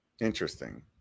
interesting